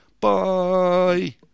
Bye